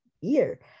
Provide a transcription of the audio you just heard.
year